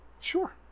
Sure